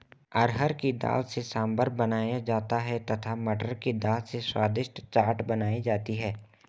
अरहर की दाल से सांभर बनाया जाता है तथा मटर की दाल से स्वादिष्ट चाट बनाई जाती है